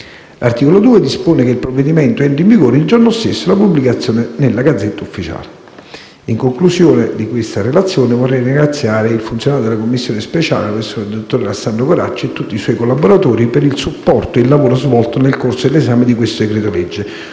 L'articolo 2 dispone che il provvedimento entri in vigore il giorno stesso della sua pubblicazione nella *Gazzetta Ufficiale*. In conclusione, vorrei ringraziare il funzionario della Commissione speciale, nella persona del dottor Alessandro Goracci, e tutti i suoi collaboratori per il supporto e il lavoro svolto nel corso dell'esame di questo decreto-legge,